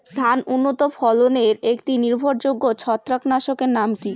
ধান উন্নত ফলনে একটি নির্ভরযোগ্য ছত্রাকনাশক এর নাম কি?